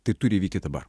tai turi įvykti dabar